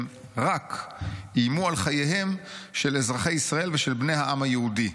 הם 'רק' איימו על חייהם של אזרחי ישראל ושל בני העם היהודי.